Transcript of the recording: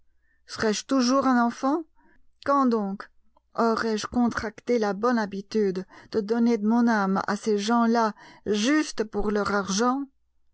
serai-je toujours un enfant quand donc aurai-je contracté la bonne habitude de donner de mon âme à ces gens-là juste pour leur argent